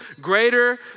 greater